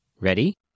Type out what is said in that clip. Ready